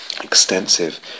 extensive